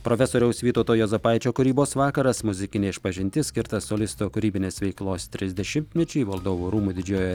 profesoriaus vytauto juozapaičio kūrybos vakaras muzikinė išpažintis skirta solisto kūrybinės veiklos trisdešimtmečiui valdovų rūmų didžiojoje